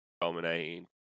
dominating